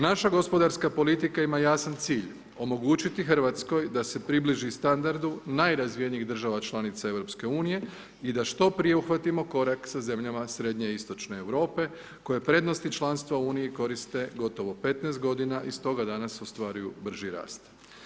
Naša gospodarska politika ima jasan cilj, omogućiti Hrvatskoj da se približi standardu najrazvijenijih država članica Europske unije i da što prije uhvatimo korak sa zemljama srednje i istočne Europe, koje prednosti članstva u Uniji koriste gotovo 15 godina, i stoga danas ostvaruju brži rast.